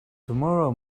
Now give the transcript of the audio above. tomorrow